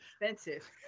expensive